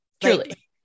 Truly